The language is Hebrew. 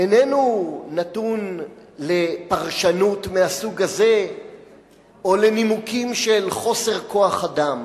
איננו נתון לפרשנות מהסוג הזה או לנימוקים של חוסר כוח-אדם.